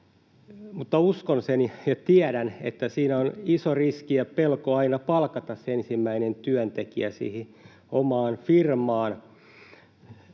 mutta uskon ja tiedän, että siinä on iso riski ja pelko aina palkata se ensimmäinen työntekijä siihen omaan firmaan.